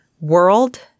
world